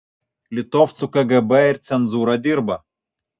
litovcų kgb ir cenzūra dirba